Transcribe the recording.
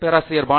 பேராசிரியர் ஜி